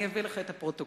אני אביא לך את הפרוטוקול.